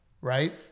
right